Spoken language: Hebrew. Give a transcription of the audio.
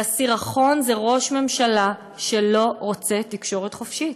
והסירחון זה ראש ממשלה שלא רוצה תקשורת חופשית.